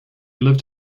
lived